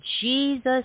Jesus